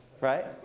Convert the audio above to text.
right